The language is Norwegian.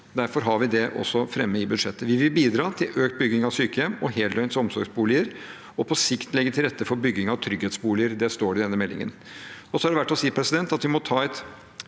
Derfor har vi også det med i budsjettet. Vi vil bidra til økt bygging av sykehjem og heldøgns omsorgsboliger, og på sikt vil vi legge til rette for bygging av trygghetsboliger. Det står i denne meldingen. Det er verdt å si at vi må ha et